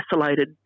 isolated